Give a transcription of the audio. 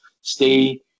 stay